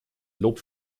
lob